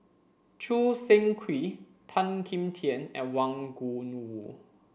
Choo Seng Quee Tan Kim Tian and Wang Gungwu